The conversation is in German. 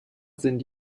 sind